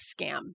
scam